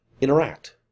interact